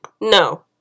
no